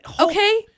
Okay